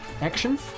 action